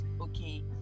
okay